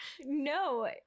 No